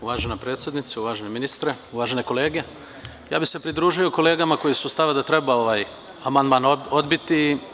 Uvažena predsednice, uvaženi ministre, uvažene kolege, ja bih se pridružio kolegama koji su stava da treba ovaj amandman odbiti.